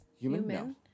Human